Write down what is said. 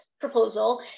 proposal